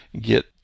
get